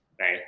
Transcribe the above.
right